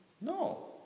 No